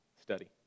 study